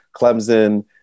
Clemson